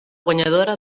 guanyadora